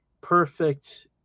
perfect